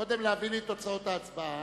בשמות חברי הכנסת שלא נכחו בסיבוב הראשון.